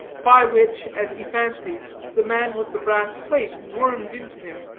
by which, as he fancies, the man with the brass-plate wormed into him,